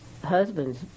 Husbands